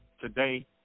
today